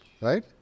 right